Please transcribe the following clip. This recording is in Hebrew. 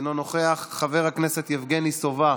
אינו נוכח, חבר הכנסת יבגני סובה,